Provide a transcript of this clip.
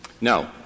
No